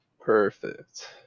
Perfect